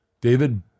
David